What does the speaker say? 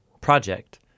project